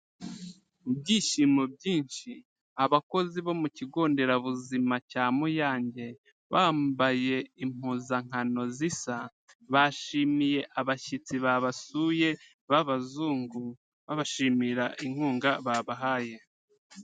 Mu byishimo byinshi, abakozi bo mu Kigo Nderabuzima cya Muyange bambaye impuzankano zisa, bashimiye abashyitsi babasuye b'abazungu, babashimira inkunga babahaye.